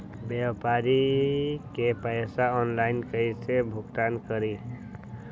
व्यापारी के पैसा ऑनलाइन कईसे भुगतान करी?